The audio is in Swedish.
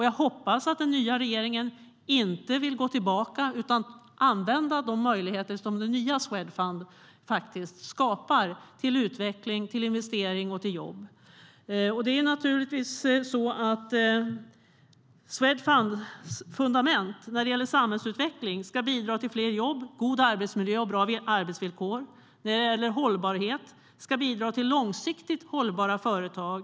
Jag hoppas att den nya regeringen inte vill gå tillbaka utan använda de möjligheter som det nya Swedfund skapar till utveckling, investering och jobb. Swedfunds fundament när det gäller samhällsutveckling är att det ska bidra till fler jobb, god arbetsmiljö och bra arbetsvillkor. När det gäller hållbarhet ska man bidra till långsiktigt hållbara företag.